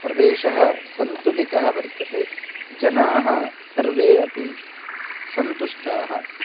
प्रदेशः सन्तुलितः वर्तते जनाः सर्वे अपि सन्तुष्टाः